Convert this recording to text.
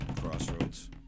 Crossroads